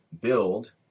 build